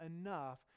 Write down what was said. enough